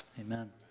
Amen